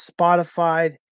Spotify